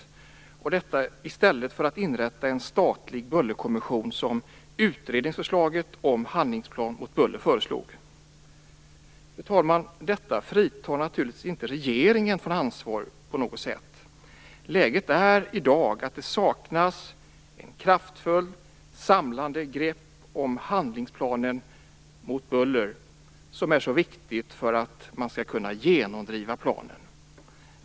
Detta gjordes i stället för att inrätta en statlig bullerkommission, vilket utredningen om en handlingsplan mot buller föreslog. Fru talman! Detta fritar naturligtvis inte på något sätt regeringen från ansvaret. Läget i dag är att det saknas ett kraftfullt samlande grepp om handlingsplanen mot buller - detta grepp som är så viktigt för att man skall kunna genomdriva planen.